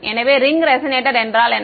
எனவே ring resonator என்றால் என்ன